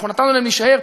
נתנו להם להישאר,